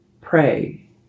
pray